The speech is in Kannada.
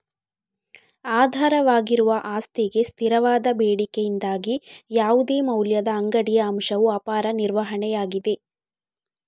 ಆಧಾರವಾಗಿರುವ ಆಸ್ತಿಗೆ ಸ್ಥಿರವಾದ ಬೇಡಿಕೆಯಿಂದಾಗಿ ಯಾವುದೇ ಮೌಲ್ಯದ ಅಂಗಡಿಯ ಅಂಶವು ಅಪಾಯ ನಿರ್ವಹಣೆಯಾಗಿದೆ